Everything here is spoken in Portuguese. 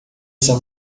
essa